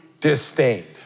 disdained